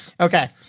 Okay